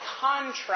contract